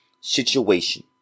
situation